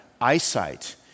eyesight